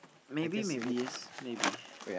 maybe maybe yes maybe